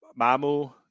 Mamu